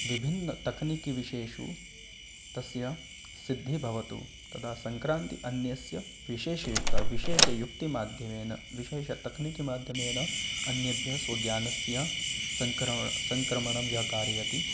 विभिन्न तकनिकि विषयेषु तस्य सिद्धिः भवतु तदा सङ्क्रान्तिः अन्यस्य विशेषयुक्ता विशेषयुक्तिमाध्यमेन विशेष तक्निकिमाध्यमेन अन्येभ्यः स्वज्ञानस्य सङ्क्रमणं सङ्क्रमणं यः कारयति